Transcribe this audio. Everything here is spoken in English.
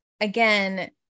again